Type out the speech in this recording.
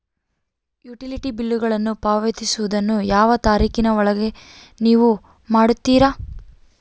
Utility ಬಿಲ್ಲುಗಳನ್ನು ಪಾವತಿಸುವದನ್ನು ಯಾವ ತಾರೇಖಿನ ಒಳಗೆ ನೇವು ಮಾಡುತ್ತೇರಾ?